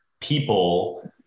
people